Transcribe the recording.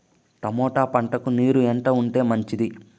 Tomato పంటకు నీరు ఎంత ఉంటే మంచిది?